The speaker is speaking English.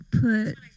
put